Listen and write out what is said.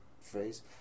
phrase